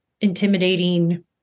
intimidating